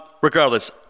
Regardless